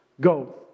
Go